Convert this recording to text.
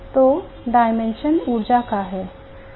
तो dimension ऊर्जा का है